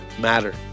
matter